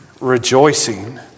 rejoicing